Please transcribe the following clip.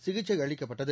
சிகிச்சை அளிக்கப்பட்டது